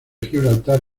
gibraltar